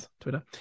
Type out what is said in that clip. twitter